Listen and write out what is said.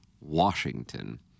Washington